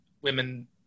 women